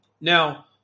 Now